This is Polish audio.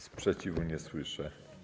Sprzeciwu nie słyszę.